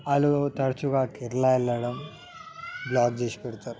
వాళ్ళు తరచుగా కేరళ వెళ్ళడం బ్లాక్ చేసి పెడతారు